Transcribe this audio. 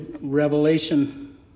Revelation